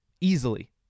Easily